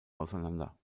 auseinander